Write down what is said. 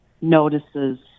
notices